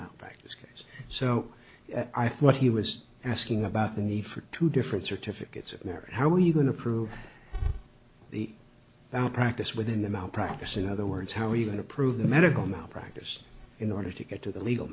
malpractise so i thought he was asking about the need for two different certificates of merit how were you going to prove the practice within the mount practice in other words how are you going to prove the medical malpractise in order to get to the legal